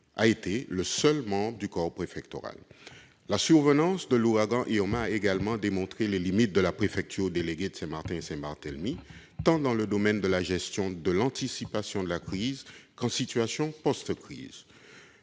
La survenance de l'ouragan Irma a également démontré les limites de la préfecture déléguée de Saint-Martin et Saint-Barthélemy, tant en ce qui concerne la gestion de l'anticipation de la crise que dans la situation de post-crise.